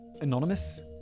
anonymous